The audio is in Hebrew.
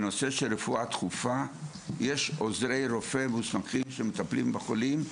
בנושא של רפואה דחופה יש עוזרי רופא מוסמכים שמטפלים בחולים,